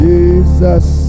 Jesus